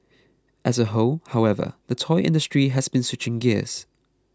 as a whole however the toy industry has been switching gears